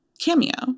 cameo